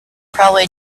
probably